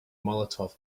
molotov